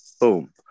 Boom